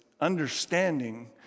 understanding